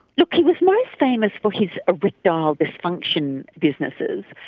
look, he was most famous for his erectile dysfunction businesses.